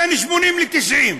בין 80 ל-90.